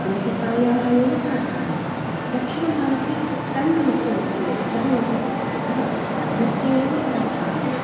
रोटिकायाः एव प्राधान्यता दक्षिणभारते तण्डुलस्य उपयोगः भवति अतः अन्नस्य एव प्राधान्यम्